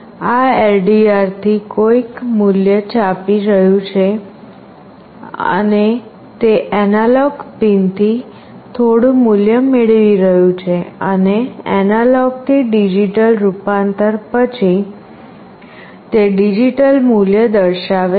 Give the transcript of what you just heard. આ LDR થી કોઈક મૂલ્ય છાપી રહ્યું છે તે એનાલોગ પિનથી થોડું મૂલ્ય મેળવી રહ્યું છે અને એનાલોગ થી ડિજિટલ રૂપાંતર પછી તે ડિજિટલ મૂલ્ય દર્શાવે છે